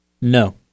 no